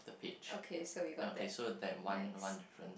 okay so we got that nice